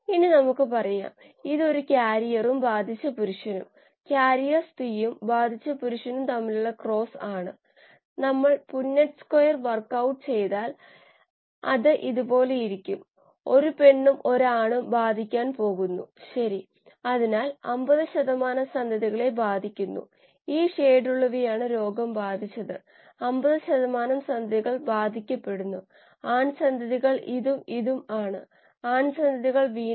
ഇത് തണുപ്പിക്കാൻ ഒരു കോയിൽ ഉപയോഗിക്കാം കാരണം താപനില വളരെയധികം കുറയാൻ പോകുന്നില്ല ഇത് കോശങ്ങളെ ബാധിക്കുകയില്ല പക്ഷേ തപീകരണ കോയിലുകൾ ശരിക്കും ഉപയോഗിക്കില്ല നമ്മൾ ജാക്കറ്റ് സിസ്റ്റം ആണ് ഉപയോഗിക്കുന്നത്